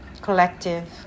collective